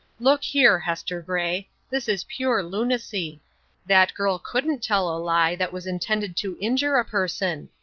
look here, hester gray, this is pure lunacy that girl couldn't tell a lie that was intended to injure a person.